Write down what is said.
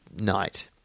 night